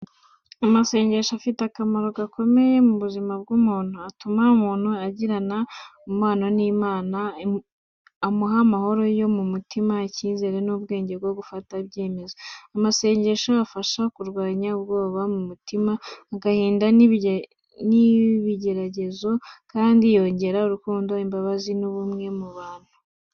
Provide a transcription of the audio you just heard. Amasengesho afite akamaro gakomeye mu buzima bw’umuntu. Atuma umuntu agirana umubano n’Imana, amuha amahoro yo mu mutima, icyizere n’ubwenge bwo gufata ibyemezo. Amasengesho afasha kurwanya ubwoba mu mutima, agahinda n’ibigeragezo kandi yongera urukundo, imbabazi n'ubumwe mu bantu.